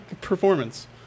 performance